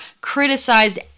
criticized